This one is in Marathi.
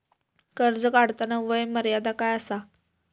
कर्ज काढताना वय मर्यादा काय आसा?